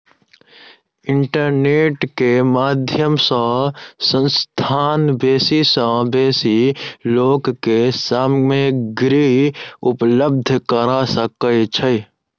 internet के माध्यम सॅ संस्थान बेसी सॅ बेसी लोक के सामग्री उपलब्ध करा सकै छै